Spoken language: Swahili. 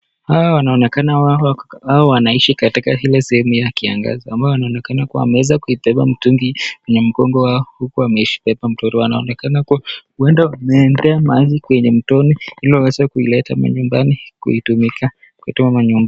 Hao wanaonekana, hao wanaishi katika Ile sehemu ya kiangazi ambayo wanaonekana kuwa wameweza kuibeba mtungi kwenye mkongo wakili waweze .